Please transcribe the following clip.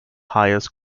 highest